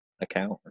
account